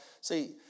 see